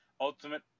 ultimate